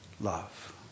love